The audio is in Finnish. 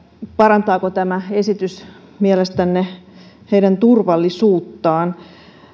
parantaako tämä esitys mielestänne heidän turvallisuuttaan